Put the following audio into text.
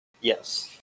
Yes